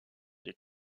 des